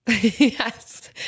Yes